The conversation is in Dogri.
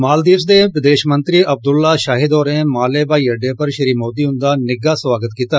मालदीव्स दे विदेश मंत्री अब्दुल्ला शाहिद होरें माले ब्हाई अड्डे पर श्री मोदी हुंदा निग्गा सोआगत कीता